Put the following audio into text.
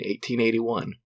1881